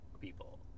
people